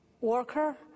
worker